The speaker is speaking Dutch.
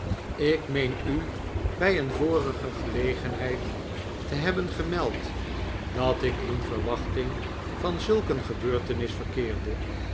ik meen u bij een vorige gelegenheid te hebben gemeld dat ik in verwachting van zulk een gebeurtenis verkeerde